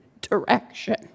direction